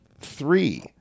three